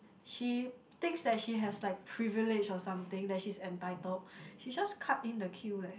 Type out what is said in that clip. she thinks that she has like privilege or something that she's entitled she just cut in the queue leh